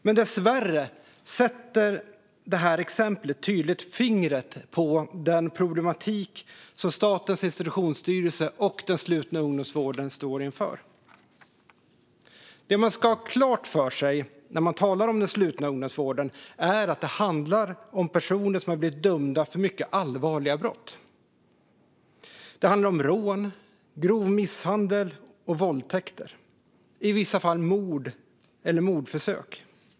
Men dessvärre sätter detta exempel tydligt fingret på den problematik som Statens institutionsstyrelse och den slutna ungdomsvården står inför. Det man ska ha klart för sig när man talar om den slutna ungdomsvården är att det handlar om personer som har blivit dömda för mycket allvarliga brott. Det handlar om rån, grov misshandel och våldtäkter. I vissa fall är det mord eller mordförsök.